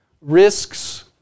risks